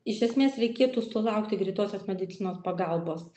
iš esmės reikėtų sulaukti greitosios medicinos pagalbos